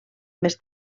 més